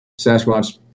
Sasquatch